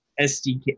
SDK